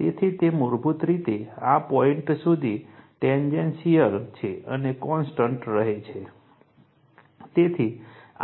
તેથી તે મૂળભૂત રીતે આ પોઇન્ટ સુધી ટેંજન્શિયલ છે અને તે કોન્સટન્ટ રહે છે